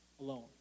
alone